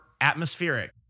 atmospheric